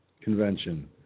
convention